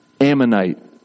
Ammonite